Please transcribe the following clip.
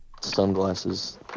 sunglasses